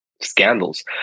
scandals